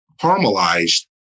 caramelized